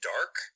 Dark